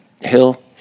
Hill